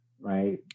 right